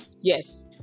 yes